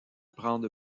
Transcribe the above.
prendre